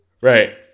Right